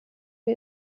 wir